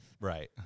Right